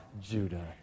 Judah